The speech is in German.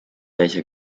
welcher